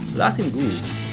latin grooves,